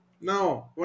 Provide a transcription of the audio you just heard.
No